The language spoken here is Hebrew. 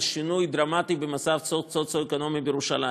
שינוי דרמטי במצב הסוציו-אקונומי בירושלים.